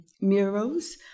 murals